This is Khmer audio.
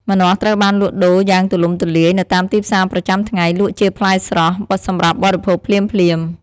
ម្នាស់ត្រូវបានលក់ដូរយ៉ាងទូលំទូលាយនៅតាមទីផ្សារប្រចាំថ្ងៃ លក់ជាផ្លែស្រស់ សម្រាប់បរិភោគភ្លាមៗ។